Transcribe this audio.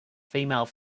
female